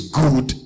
good